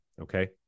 Okay